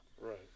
Right